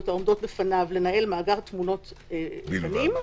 העומדות בפניו לנהל מאגר תמונות פנים,